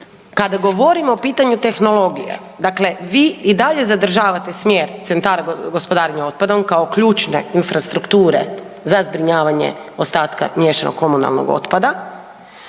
Kada govorimo o pitanju tehnologija, dakle vi i dalje zadržavate smjer CGO-a kao ključne infrastrukture za zbrinjavanje ostatka miješanog komunalnog otpada